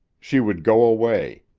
she would go away.